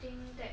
I think that